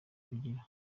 ugira